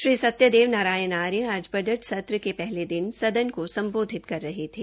श्री सत्यदेव नारायाण आर्य आज बजट सत्र के पहले दिन सदन को सम्बोधित कर रहे थे